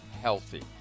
healthy